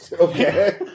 Okay